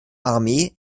armee